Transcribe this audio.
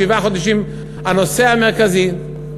שבעה חודשים הנושא המרכזי.